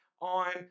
on